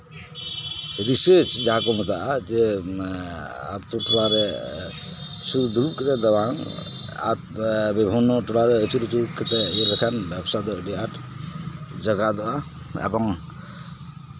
research ᱡᱟᱦᱟᱸ ᱠᱚ ᱢᱮᱛᱟᱜᱼᱟ ᱟᱛᱳ ᱴᱚᱞᱟ ᱨᱮ ᱥᱩᱫᱩ ᱫᱩᱲᱩᱵ ᱠᱟᱛᱮ ᱫᱚ ᱵᱟᱝ ᱵᱤᱵᱷᱤᱱᱱᱚ ᱴᱚᱞᱟᱨᱮ ᱟᱹᱪᱩᱨᱼᱟᱹᱪᱩᱨ ᱠᱟᱛᱮ ᱤᱭᱟᱹ ᱞᱮᱠᱷᱟᱱ ᱟᱫᱚ ᱟᱹᱰᱤ ᱟᱸᱴ ᱡᱟᱜᱟᱫᱚᱜᱼᱟ ᱮᱵᱚᱝ